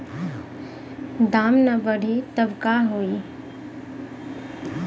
दाम ना बढ़ी तब का होई